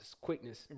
quickness